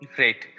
Great